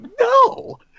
no